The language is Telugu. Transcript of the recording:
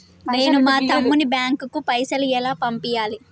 నేను మా తమ్ముని బ్యాంకుకు పైసలు ఎలా పంపియ్యాలి?